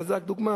אבל זה רק דוגמה.